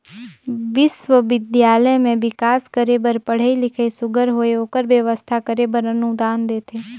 बिस्वबिद्यालय में बिकास करे बर पढ़ई लिखई सुग्घर होए ओकर बेवस्था करे बर अनुदान देथे